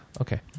okay